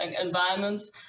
environments